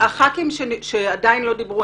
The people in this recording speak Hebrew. חברי הכנסת שעדיין לא דיברו,